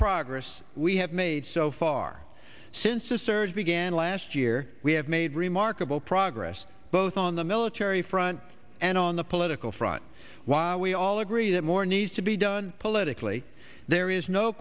progress we have made so far since the surge began last year we have made remarkable progress both on the military front and on the political front while we all agree that more needs to be done politically there is no